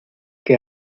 que